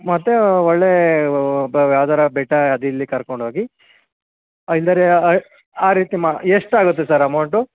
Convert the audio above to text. ಮತ್ತು ಒಳ್ಳೇ ವಾ ಬ ಯಾವುದಾರ ಬೆಟ್ಟದಲ್ಲಿ ಕರ್ಕೊಂಡು ಹೋಗಿ ಇಲ್ದಿದ್ರೆ ಆ ರೀತಿ ಮಾ ಎಷ್ಟು ಆಗುತ್ತೆ ಸರ್ ಅಮೌಂಟು